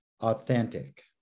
authentic